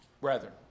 Brethren